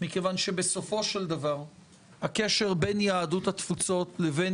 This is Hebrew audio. מכיוון שבסופו של דבר הקשר בין יהדות התפוצות לבין